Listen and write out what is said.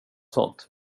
sånt